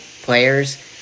players